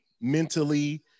mentally